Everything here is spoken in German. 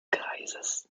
kreises